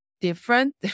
different